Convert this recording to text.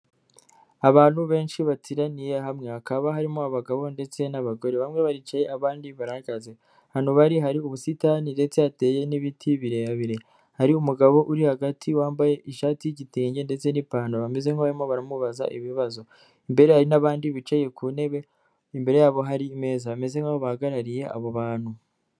Abantu benshi bateraniye hamwe, hakaba harimo abagabo ndetse n'abagore, bamwe baricaye abandi barahagaze, ahantu bari hari ubusitani ndetse hateye n'ibiti birebire, hari umugabo uri hagati wambaye ishati y'igitenge ndetse n'ipantaro bameze nkaho barimo baramubaza ibibazo, imbere hari n'abandi bicaye ku ntebe imbere yabo hari imeza, bameze nkaho bahagarariye abo bantu.